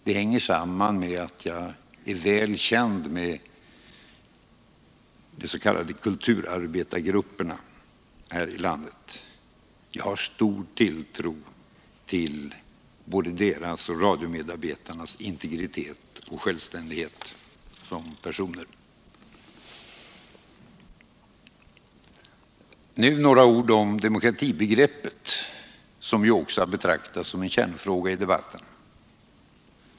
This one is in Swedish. Det hänger samman med att jag väl känner de s.k. kulturarbetargrupperna här i landet. Jag har stor tilltro till både deras och radiomedarbetarnas integritet och självständighet som personer. Nu några ord om demokratibegreppet, som ju också har betraktats som en kärnfråga i debatten.